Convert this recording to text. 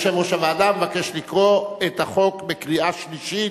יושב-ראש הוועדה מבקש לקרוא את החוק בקריאה שלישית,